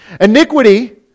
Iniquity